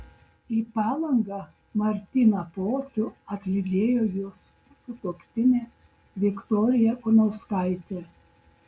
į palangą martyną pocių atlydėjo jo sutuoktinė viktorija kunauskaitė